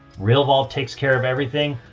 real vault takes care of everything.